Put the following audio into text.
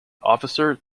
officer